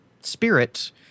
spirit